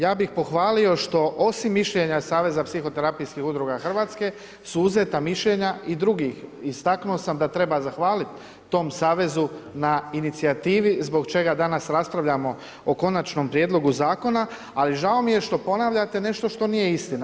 Ja bi pohvalio, što osim mišljenja saveza psihoterapijske udruge Hrvatska, su uzeta mišljenja i drugih i istaknuo sam da treba zahvaliti tom savezu na inicijativi zbog čega danas raspravljamo o Konačnom prijedlogu zakonu, ali žao mi je što ponavljate nešto što nije istina.